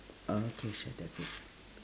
okay sure that's good